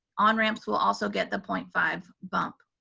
onramps will also get the point five bump,